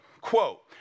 Quote